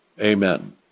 Amen